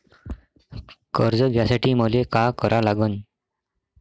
कर्ज घ्यासाठी मले का करा लागन?